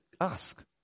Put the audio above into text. ask